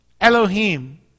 Elohim